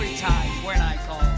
time when i call